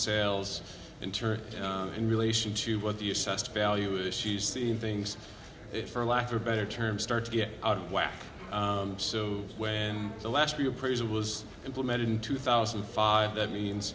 sales inter in relation to what the assessed value is she's seeing things for lack of a better term start to get out of whack so when the last tree appraisal was implemented in two thousand and five that means